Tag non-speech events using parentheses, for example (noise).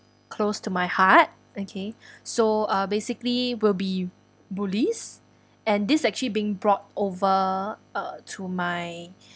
close to my heart okay (breath) so uh basically will be bullies and this actually being brought over uh to my